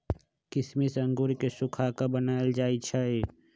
किशमिश अंगूर के सुखा कऽ बनाएल जाइ छइ